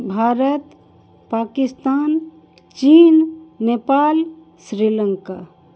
भारत पाकिस्तान चीन नेपाल श्रीलंका